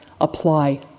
apply